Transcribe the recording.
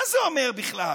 מה זה אומר בכלל?